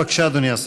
בבקשה, אדוני השר.